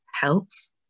helps